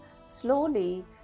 slowly